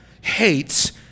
hates